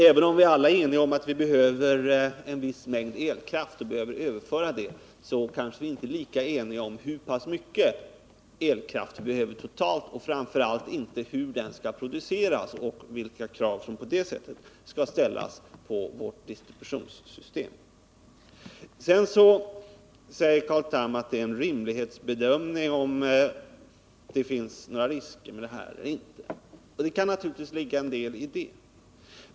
Även om vi alla är eniga om att vi behöver en viss mängd elkraft och behöver överföra den, kanske vi inte är lika eniga om hur pass mycket elkraft vi behöver totalt, och framför allt inte hur den skall produceras och vilka krav vi skall ställa på vårt distributionssystem. Sedan säger Carl Tham att det är en rimlighetsbedömning om det finns några risker med detta eller inte, och det kan naturligtvis ligga en del i det.